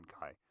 guy